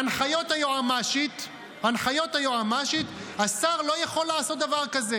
הנחיות היועמ"שית: השר לא יכול לעשות דבר כזה.